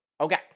okay